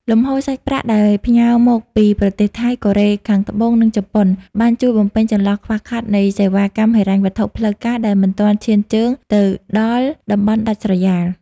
លំហូរសាច់ប្រាក់ដែលផ្ញើមកពីប្រទេសថៃ កូរ៉េខាងត្បូង និងជប៉ុន បានជួយបំពេញចន្លោះខ្វះខាតនៃសេវាកម្មហិរញ្ញវត្ថុផ្លូវការដែលមិនទាន់ឈានជើងទៅដល់តំបន់ដាច់ស្រយាល។